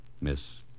Miss